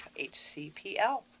HCPL